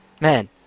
...man